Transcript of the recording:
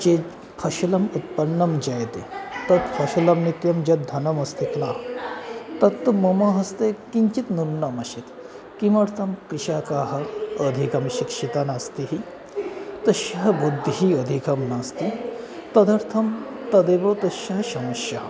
ये फलम् उत्पन्नं जायते तत् फलं नित्यं यद्धनमस्ति किल तत् मम हस्ते किञ्चित् न्यूनम् आसीत् किमर्थं कृषकाः अधिकं शिक्षिताः नास्ति तस्य बुद्धिः अधिकं नास्ति तदर्थं तदेव तस्य समस्या